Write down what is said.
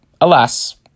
alas